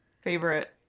favorite